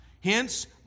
Hence